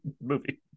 movie